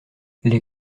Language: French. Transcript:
les